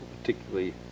particularly